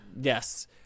yes